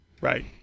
Right